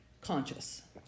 conscious